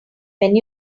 when